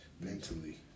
Mentally